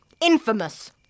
Infamous